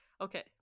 Okay